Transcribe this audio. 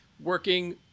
Working